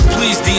Please